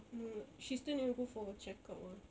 mm she still need to go for check up ah